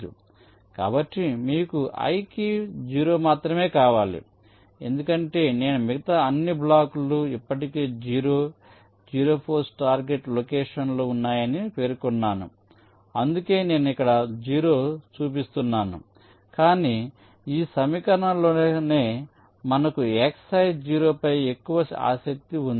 కాబట్టి మీకు i కి 0 మాత్రమే కావాలి ఎందుకంటే నేను మిగతా అన్ని బ్లాక్లు ఇప్పటికే 0 0 ఫోర్స్ టార్గెట్ లొకేషన్లో ఉన్నాయని పేర్కొన్నాను అందుకే నేను ఇక్కడ 0 చూపిస్తున్నాను కానీ ఈ సమీకరణంలోనే మనకు xi0 పై ఎక్కువ ఆసక్తి ఉంది